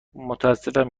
متأسفم